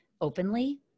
openly